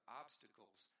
obstacles